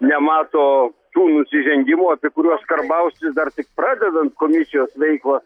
nemato tų nusižengimų apie kuriuos karbauskis dar tik pradedant komisijos veiklą